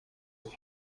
his